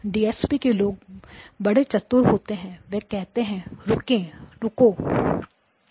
DSP DSP के लोग बड़े चतुर होते हैं वह कहते हैं रुखे रुखे